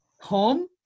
home